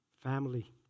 family